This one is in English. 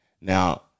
Now